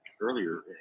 earlier